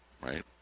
right